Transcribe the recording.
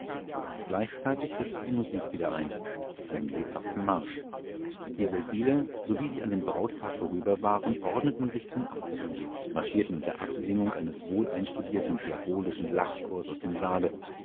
gleichzeitig setzte die musik wieder ein mit einem lebhaften marsch die seldwyler sowie sie an dem brautpaar vorüber waren ordneten sich zum abzuge und marschierten unter absingung eines wohl einstudierten diabolischen lachchors aus dem saale